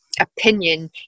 opinion